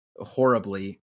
horribly